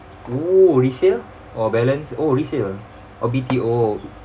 oo resale or balance oh resale oh B_T_O